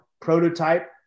prototype